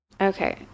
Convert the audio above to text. Okay